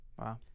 Wow